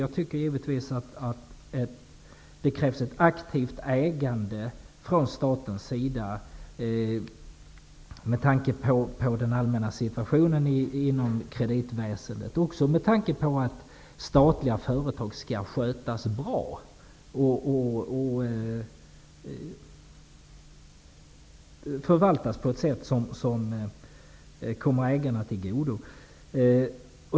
Jag tycker givetvis att det krävs ett aktivt ägande från statens sida med tanke på den allmänna situationen inom kreditväsendet och också med tanke på att statliga företag skall skötas bra och förvaltas på ett sätt som kommer ägarna till godo.